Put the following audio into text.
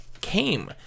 came